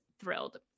thrilled